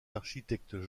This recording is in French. architectes